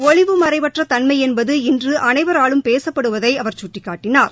ஒளிவுமறைவற்ற தன்மை என்பது இன்று அனைவராலும் பேசுப்படுவதை அவர் சுட்டிக்காட்டினார்